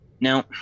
Now